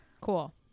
cool